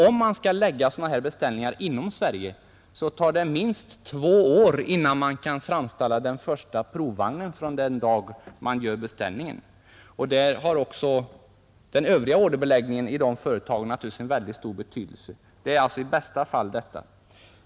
Om beställningar skall läggas inom Sverige tar det minst två år innan den första provvagnen kan färdigställas från den dag beställning göres; det är alltså i bästa fall, den övriga orderbeläggningen inom ifrågavarande företag har här avgörande betydelse.